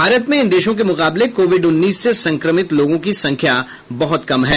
भारत में इन देशों के मुकाबले कोविड उन्नीस से संक्रमित लोगों की संख्या बहुत कम है